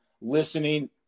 listening